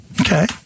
Okay